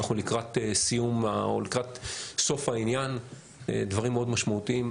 אנחנו לקראת סוף העניין, דברים מאד משמעותיים.